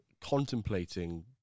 contemplating